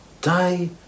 day